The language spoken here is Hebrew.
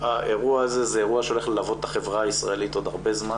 שהאירוע הזה הוא אירוע שהולך ללוות את החברה הישראלית עוד הרבה זמן